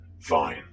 Fine